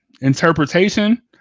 interpretation